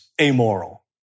amoral